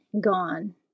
gone